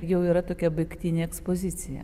jau yra tokia baigtinė ekspozicija